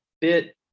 bit